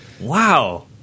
Wow